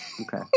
Okay